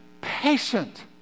patient